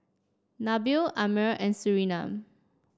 Nabil Ammir and Surinam